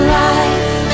life